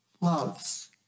loves